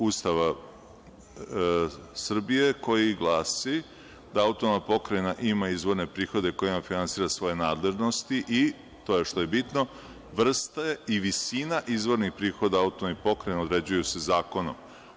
Ustava Srbije koji glasi da autonomna pokrajina ima izvorne prihode kojima finansira svoje nadležnosti, i to je što je bitno, vrste i visina izvornih prihoda autonomne pokrajine određuje se zakonom.